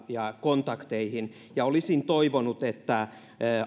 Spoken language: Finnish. ja kontakteissa olisin toivonut että